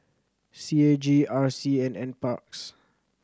C A G R C and Nparks